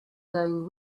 going